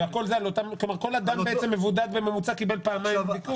כלומר, כל אדם מבודד בממוצע קיבל פעמיים ביקור?